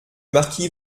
marquis